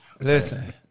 Listen